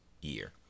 year